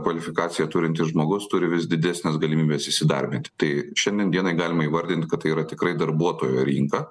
kvalifikaciją turintis žmogus turi vis didesnes galimybes įsidarbinti tai šiandien dienai galima įvardint kad tai yra tikrai darbuotojo rinka